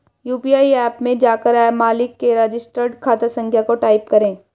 UPI app में जाकर मालिक के रजिस्टर्ड खाता संख्या को टाईप करें